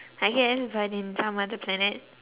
I guess but in some other planet